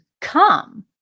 come